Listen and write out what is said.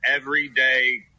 everyday